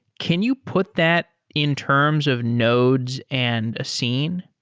can you put that in terms of nodes and a scene?